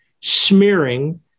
smearing